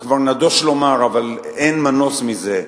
זה כבר נדוש לומר, אבל אין מנוס מזה: